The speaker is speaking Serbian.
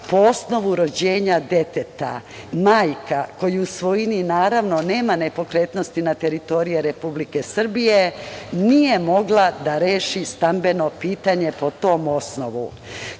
po osnovu rođenja deteta majka koja u svojini, naravno nema nepokretnosti na teritoriji Republike Srbije nije mogla da reši stambeno pitanje po tom osnovu. Koliki